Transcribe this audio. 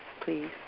please